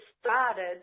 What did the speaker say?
started